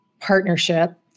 partnership